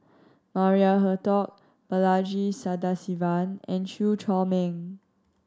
Maria Hertogh Balaji Sadasivan and Chew Chor Meng